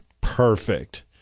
perfect